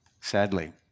Sadly